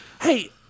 Hey